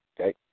okay